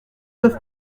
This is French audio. neuf